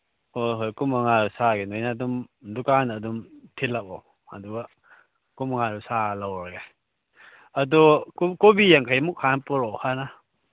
ꯍꯣꯏ ꯍꯣꯏ ꯀꯨꯟꯃꯉꯥ ꯁꯥꯒꯦ ꯅꯣꯏꯅ ꯑꯗꯨꯝ ꯗꯨꯀꯥꯟ ꯑꯗꯨꯝ ꯊꯤꯜꯂꯛꯑꯣ ꯑꯗꯨꯒ ꯀꯨꯟꯃꯉꯥꯗꯣ ꯁꯥꯔ ꯂꯧꯔꯒꯦ ꯑꯗꯣ ꯀꯣꯕꯤ ꯌꯥꯡꯈꯩꯃꯨꯛ ꯍꯥꯟꯅ ꯄꯨꯔꯛꯑꯣ ꯍꯥꯟꯅ